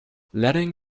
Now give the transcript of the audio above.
letting